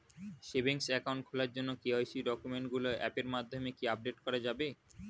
Savings account খোলার জন্য KYC ডকুমেন্টগুলো অ্যাপের মাধ্যমে কি আপডেট করা যাবে?